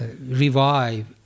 revive